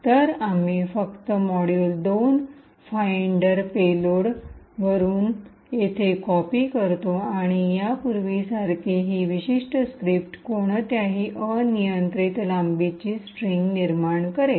तर आम्ही फक्त मॉड्यूल 2 फाइंडर पेलोड वरून येथे कॉपी करतो आणि या पूर्वीसारखे हि विशिष्ट स्क्रिप्ट कोणत्याही अनियंत्रित लांबीचे स्ट्रिंग निर्माण करेल